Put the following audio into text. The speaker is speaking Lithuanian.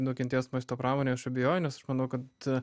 nukentės maisto pramonė aš abejoju nes aš manau kad